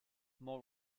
more